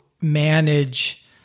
manage